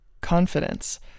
confidence